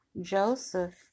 Joseph